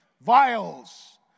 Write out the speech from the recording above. vials